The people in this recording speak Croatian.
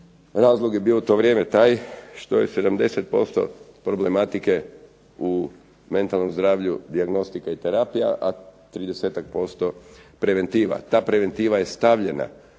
Razlog je bio u to vrijeme taj što je 70% problematike u mentalnom zdavlju, dijagnostika i terapija, a 30-ak posto preventiva. Ta preventiva je stavljena